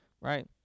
right